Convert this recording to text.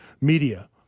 media